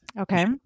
Okay